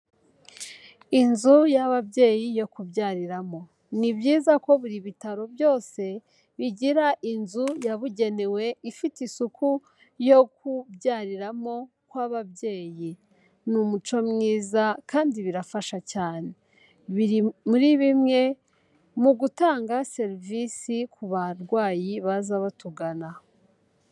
Inzu y'ababyeyi yo kubyariramo; ni byiza ko buri bitaro byose bigira inzu yabugenewe ifite isuku yo kubyariramo kw'ababyeyi, ni umuco mwiza kandi birafasha cyane, biri muri bimwe mu gutanga serivisi ku barwayi baza batugana.